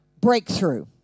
breakthrough